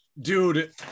Dude